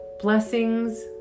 blessings